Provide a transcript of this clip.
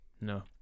No